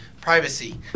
privacy